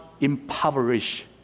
impoverish